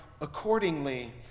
accordingly